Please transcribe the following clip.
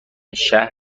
شهر